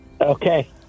Okay